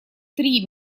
три